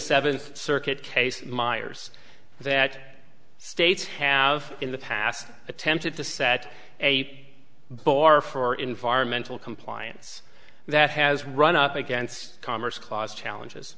seventh circuit case myers that states have in the past attempted to set a bar for environmental compliance that has run up against commerce clause challenges